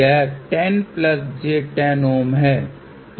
यह 10j10 Ω है